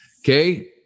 Okay